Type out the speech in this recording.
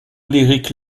lyrique